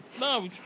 No